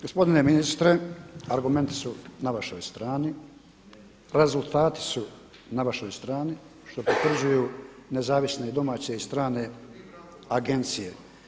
Gospodine ministre, argumenti su na vašoj stranici, rezultati su na vašoj strani što potvrđuju nezavisne domaće i strane agencije.